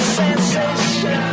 sensation